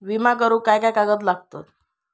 विमा करुक काय काय कागद लागतत?